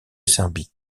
serbie